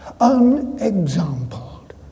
unexampled